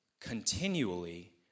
continually